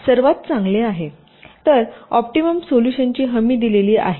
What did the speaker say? तर ऑप्टिमम सोल्युशनची हमी दिलेली आहे